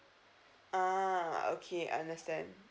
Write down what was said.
ah okay I understand